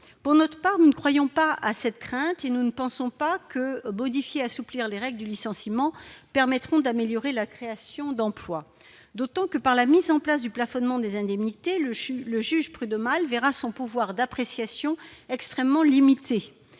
pour notre part, nous ne croyons pas à cette crainte et nous ne pensons pas que modifier assouplir les règles de licenciement permettront d'améliorer la création d'emplois, d'autant que par la mise en place du plafonnement des indemnités le le juge prud'homal verra son pouvoir d'appréciation extrêmement limité